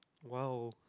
!wow!